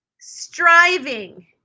striving